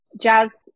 jazz